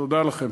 תודה לכם.